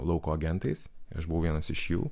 lauko agentais aš buvau vienas iš jų